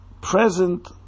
present